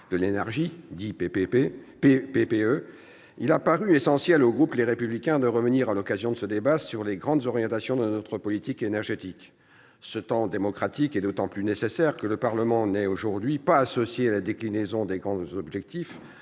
de l'énergie, ou PPE, il a paru essentiel au groupe Les Républicains de revenir, à l'occasion de ce débat, sur les grandes orientations de notre politique énergétique. Ce temps démocratique est d'autant plus nécessaire que le Parlement n'est aujourd'hui pas associé à la déclinaison des grands objectifs